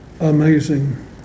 amazing